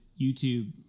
YouTube